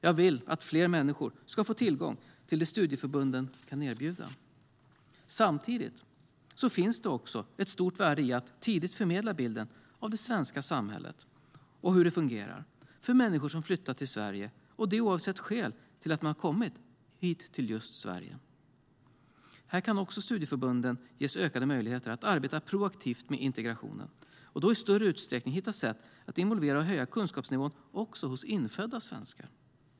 Jag vill att fler människor ska få tillgång till det studieförbunden kan erbjuda. Samtidigt finns det också ett stort värde i att tidigt förmedla bilden av det svenska samhället och hur det fungerar till människor som har flyttat till Sverige oavsett skäl till att man kommit till just Sverige. Här kan också studieförbunden ges ökade möjligheter att arbeta proaktivt med integrationen och då i större utsträckning hitta sätt att involvera och höja kunskapsnivån också hos infödda svenskar.